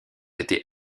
été